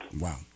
wow